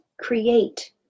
create